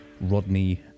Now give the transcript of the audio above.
Rodney